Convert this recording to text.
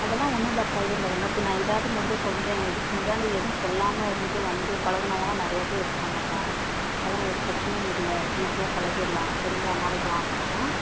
அதெல்லாம் ஒன்னுமில்லப்பா இது உனக்கு நான் இதாவது முதல் சொல்கிறேன் இதுக்கு முன்னால் ஏதும் சொல்லாம இருந்து வந்து பழகுனவங்களாம் நிறையா பேர் இருக்காங்கப்பா அதெலாம் ஒரு பிரச்சனை இல்லை ஈஸியாக பழகிடலாம் சரிங்களா நாளைக்கு வாங்க ஆ